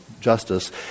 justice